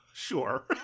Sure